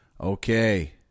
Okay